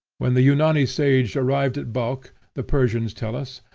when the yunani sage arrived at balkh, the persians tell us,